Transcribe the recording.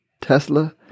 Tesla